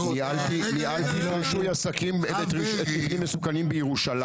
ניהלתי את עניין המבנים המסוכנים בירושלים.